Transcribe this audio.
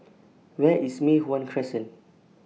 Where IS Mei Hwan Crescent